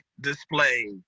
display